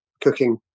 cooking